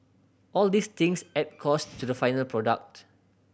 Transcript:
all these things add cost to the final product